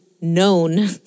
known